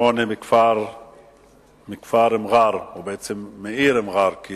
מכפר מע'אר, בעצם מהעיר מע'אר, כי